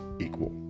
equal